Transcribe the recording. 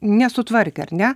nesutvarkė ar ne